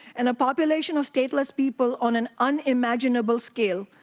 and a population of stateless people on an unimaginable scale.